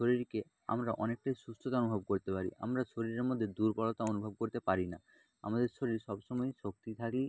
শরীরকে আমরা অনেকটাই সুস্থতা অনুভব করতে পারি আমরা শরীরের মধ্যে দুর্বলতা অনুভব করতে পারি না আমাদের শরীর সব সময় শক্তিধারী